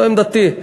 זו עמדתי.